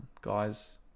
guys